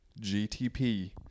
GTP